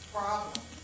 problem